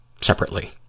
separately